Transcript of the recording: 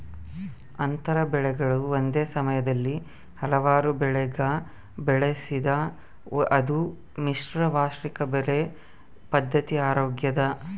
ಅಂತರ ಬೆಳೆಗಳು ಒಂದೇ ಸಮಯದಲ್ಲಿ ಹಲವಾರು ಬೆಳೆಗ ಬೆಳೆಸಿದಾಗ ಅದು ಮಿಶ್ರ ವಾರ್ಷಿಕ ಬೆಳೆ ಪದ್ಧತಿ ಆಗ್ಯದ